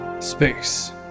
space